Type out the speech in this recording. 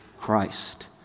Christ